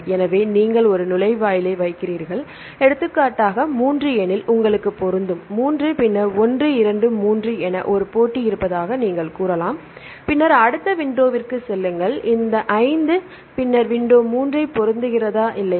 எனவே நீங்கள் ஒரு நுழைவாயிலை வைக்கிறீர்கள் எடுத்துக்காட்டாக 3 எனில்உங்களுக்கு பொருந்தும் 3 பின்னர் 1 2 3 என ஒரு போட்டி இருப்பதாக நீங்கள் கூறலாம் பின்னர் அடுத்த விண்டோவிற்குச் செல்லுங்கள் இந்த 5 பின்னர் விண்டோ 3 ஐ பொருத்துகிறதா இல்லையா